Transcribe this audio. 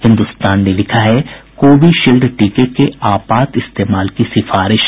हिन्दुस्तान ने लिखा है कोविशील्ड टीके के आपात इस्तेमाल की सिफारिश